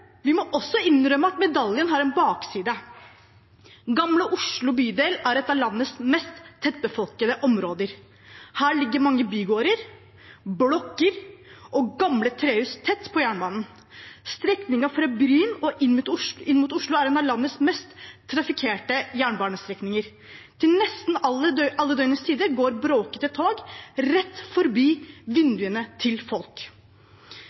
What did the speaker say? vi må også innrømme at medaljen har en bakside. Bydel Gamle Oslo er et av landets mest tettbefolkede områder. Her ligger mange bygårder, blokker og gamle trehus tett på jernbanen. Strekningen fra Bryn inn mot Oslo sentrum er en av landets mest trafikkerte jernbanestrekninger. Til nesten alle døgnets tider går bråkete tog rett forbi vinduene til folk.